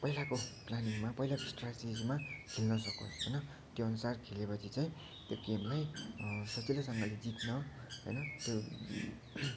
पहिलाको प्लानिङमा पहिलाको स्ट्राटिजीमा खेल्न सकोस् होइन त्यो अनुसार खेलेपछि चाहिँ त्यो गेमलाई सजिलैसँगले जित्न होइन त्यो